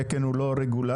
תקן הוא לא רגולציה?